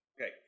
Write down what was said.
okay